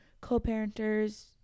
co-parenters